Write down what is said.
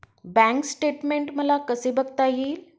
Bank statement मला कसे बघता येईल?